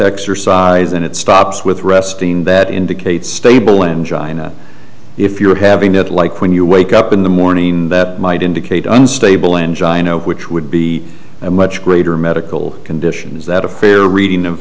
exercise and it stops with resting that indicates stable and giant if you're having it like when you wake up in the morning that might indicate unstable angina which would be a much greater medical condition is that a fair reading